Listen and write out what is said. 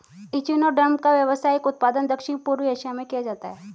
echinoderm का व्यावसायिक उत्पादन दक्षिण पूर्व एशिया में किया जाता है